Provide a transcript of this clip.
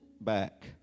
back